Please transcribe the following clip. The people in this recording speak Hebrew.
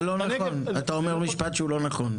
אתה אומר משפט שהוא לא נכון.